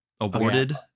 awarded